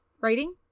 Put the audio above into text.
writing